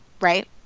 right